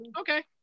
okay